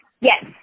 Yes